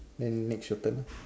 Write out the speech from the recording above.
then next your turn